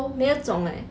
没有肿 leh